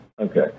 okay